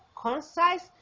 concise